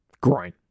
groin